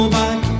back